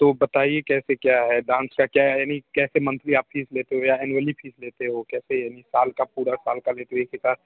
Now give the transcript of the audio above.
तो बताइए कैसे क्या है डांस का क्या है यानि कैसे मंथली आप फीस लेते हो या एनुअली फीस लेते हो कैसे यानि साल का पूरा साल का लेते हो एक ही साथ